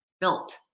built